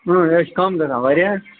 یہِ حظ چھِ کَم گژھان واریاہ